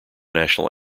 national